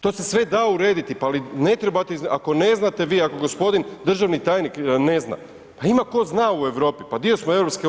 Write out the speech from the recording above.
To se sve da urediti, pa ali ne trebate, ako ne znate vi, ako gospodin državni tajnik ne zna pa ima tko zna u Europi, pa dio smo EU.